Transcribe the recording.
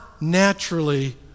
naturally